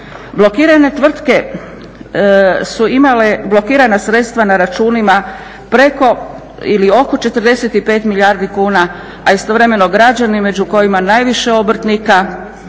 Blokirane tvrtke su imale blokirana sredstva na računima preko ili oko 45 milijardi kuna, a istovremeno građani među kojima najviše obrtnika